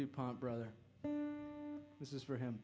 dupont brother this is for him